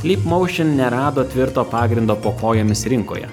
leap motion nerado tvirto pagrindo po kojomis rinkoje